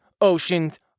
oceans